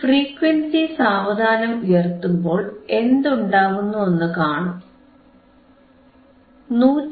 frequency സാവധാനം ഉയർത്തുമ്പോൽ എന്തുണ്ടാവുന്നുവെന്നു കാണൂ